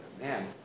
man